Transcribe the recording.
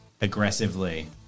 aggressively